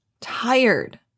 tired